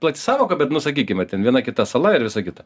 plati sąvoka bet nu sakykime ten viena kita sala ir visa kita